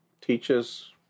teaches